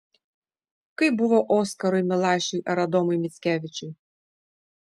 kaip buvo oskarui milašiui ar adomui mickevičiui